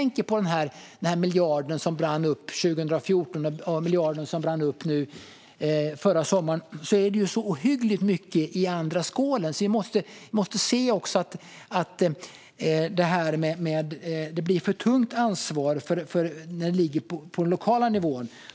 När det gäller den miljard som brann upp 2014 eller den miljard som brann upp förra sommaren ligger det så ohyggligt mycket i den andra skålen. Vi måste också se att ansvaret blir för tungt när det ligger på lokal nivå.